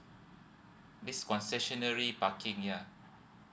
this concessionary parking ya